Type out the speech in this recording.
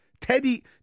Teddy